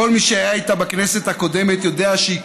כל מי שהיה איתה בכנסת הקודמת יודע שהיא